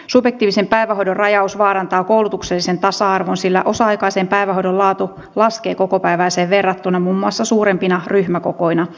subjektiivisen päivähoidon rajaus vaarantaa koulutuksellisen tasa arvon sillä osa aikaisen päivähoidon laatu laskee kokopäiväiseen verrattuna muun muassa suurempina ryhmäkokoina